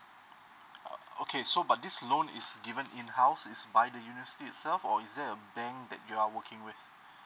okay but this loan is given in house is by the university itself or is there a bank that you are working with